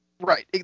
Right